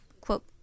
quote